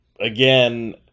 again